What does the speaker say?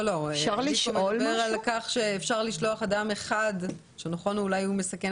הוא מדבר על כך שאפשר לשלוח אדם אחד שאולי הוא מסכן